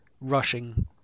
rushing